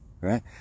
right